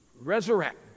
resurrect